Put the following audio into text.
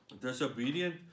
disobedient